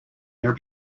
your